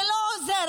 זה לא עוזר.